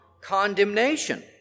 condemnation